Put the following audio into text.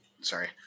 sorry